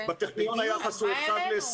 בטכניון היחס הוא אחד ל-21.